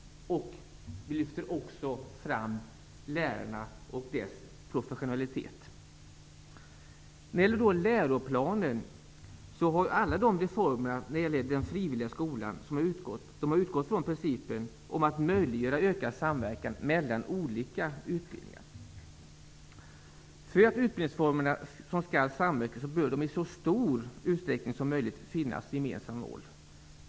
Vi lyfter också fram lärarna och deras professionalitet. När det gäller läroplanen har alla reformer för den frivilliga skolan utgått från principen att man skall möjliggöra ökad samverkan mellan olika utbildningar. För utbildningsformer som skall samverka bör det i så stor utsträckning som möjligt finnas gemensamma mål.